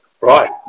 Right